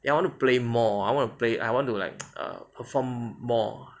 and I want to play more I want to play I want to like err perform more